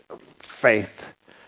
faith